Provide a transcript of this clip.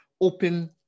open